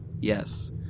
Yes